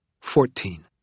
Fourteen